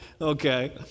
okay